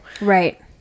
Right